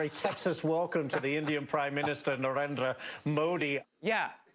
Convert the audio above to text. ah texas welcome to the indian prime minister narendra modi. yeah,